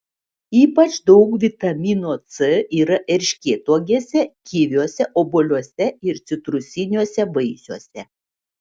ypač daug vitamino c yra erškėtuogėse kiviuose obuoliuose ir citrusiniuose vaisiuose